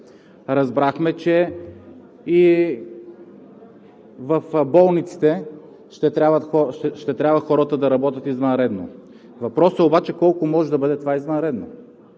Разбрахме, че и в болниците ще трябва хората да работят извънредно. Въпросът обаче е: колко може да бъде това извънредно?